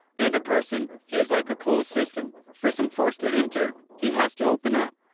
and a person he is like a closed system for some force to enter, he has to open up.